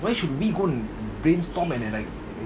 why should we go and brainstorm and and like